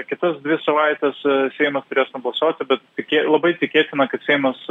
kitas dvi savaites seimas turės nubalsuoti bet labai tikėtina kad seimas